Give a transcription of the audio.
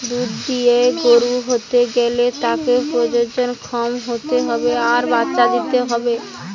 দুধ দিয়া গরু হতে গ্যালে তাকে প্রজনন ক্ষম হতে হবে আর বাচ্চা দিতে হবে